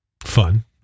fun